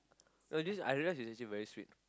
no just I realise it's actually very sweet